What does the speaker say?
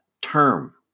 term